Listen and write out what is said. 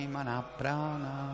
Manaprana